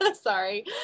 sorry